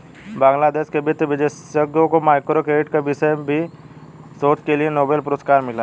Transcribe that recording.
बांग्लादेश के वित्त विशेषज्ञ को माइक्रो क्रेडिट विषय पर शोध के लिए नोबेल पुरस्कार मिला